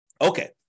Okay